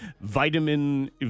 vitamin